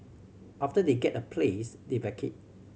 after they get a place they vacate